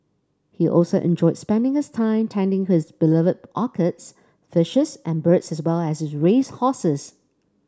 he also enjoyed spending his time tending to his beloved orchids fishes and birds as well as his race horses